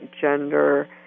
gender